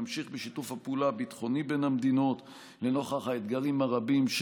נמשיך בשיתוף הפעולה הביטחוני בין המדינות לנוכח האתגרים הרבים,